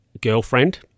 girlfriend